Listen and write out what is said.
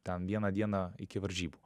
ten viena diena iki varžybų